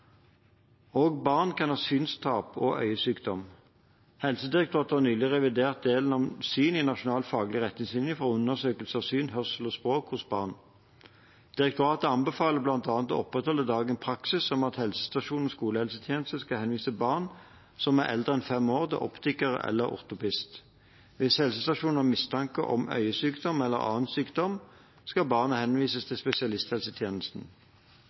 barn kan ha synstap og øyesykdom. Helsedirektoratet har nylig revidert delen om syn i nasjonal faglig retningslinje for undersøkelse av syn, hørsel og språk hos barn. Direktoratet anbefaler bl.a. å opprettholde dagens praksis om at helsestasjon og skolehelsetjeneste skal henvise barn som er eldre enn fem år, til optiker eller ortoptist. Hvis helsestasjonen har mistanke om øyesykdom eller annen sykdom, skal barnet henvises til spesialisthelsetjenesten.